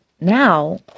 now